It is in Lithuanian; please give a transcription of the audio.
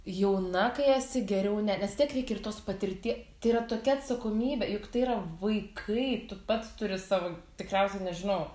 jauna kai esi geriau ne vis tiek reikia ir tos patirtie tai yra tokia atsakomybė juk tai yra vaikai tu pats turi savo tikriausiai nežinau